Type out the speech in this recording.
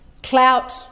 clout